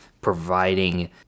providing